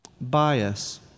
bias